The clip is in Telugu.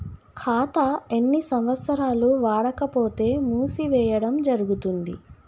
ఖాతా ఎన్ని సంవత్సరాలు వాడకపోతే మూసివేయడం జరుగుతుంది?